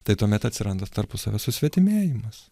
tai tuomet atsiranda tarpusavio susvetimėjimas